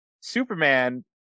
Superman